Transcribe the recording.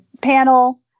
panel